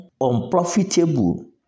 unprofitable